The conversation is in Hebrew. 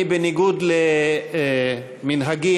בניגוד למנהגי,